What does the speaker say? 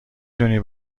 دونی